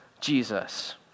Jesus